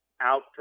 out